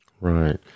Right